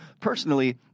personally